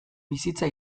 bizitza